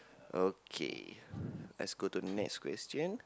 okay let's go to next question